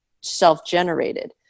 self-generated